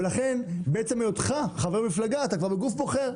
בעצם היותך חבר מפלגה אתה כבר בגוף הבוחר.